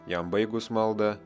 jam baigus maldą